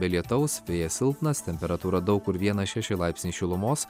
be lietaus vėjas silpnas temperatūra daug kur vienas šeši laipsniai šilumos